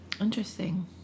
Interesting